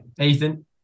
Ethan